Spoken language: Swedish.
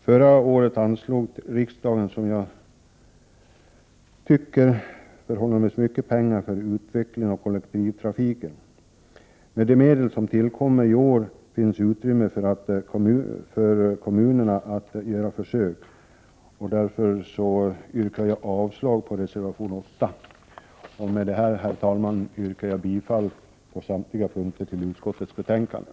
Förra året anslog riksdagen vad jag tycker är förhållandevis mycket pengar för utveckling av kollektivtrafiken. Med de medel som tillkommer i år finns utrymme för kommunerna att göra försök. Därför yrkar jag avslag på reservation 8. Med det här yrkar jag, herr talman, bifall till utskottets hemställan på samtliga punkter.